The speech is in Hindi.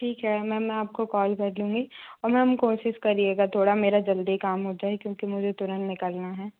ठीक है मैम मैं आपको कॉल कर दूँगी और मैम कोशिश करिएगा थोड़ा मेरा जल्दी काम हो जाए क्योंकि मुझे तुरंत निकलना है